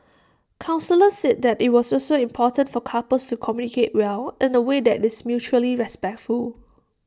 counsellors said IT was also important for couples to communicate well in away that is mutually respectful